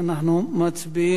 אנחנו מצביעים.